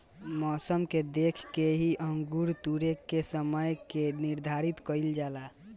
मौसम के देख के ही अंगूर तुरेके के समय के निर्धारित कईल जाला